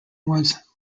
was